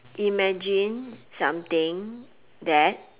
imagine something that